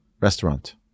restaurant